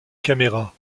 caméra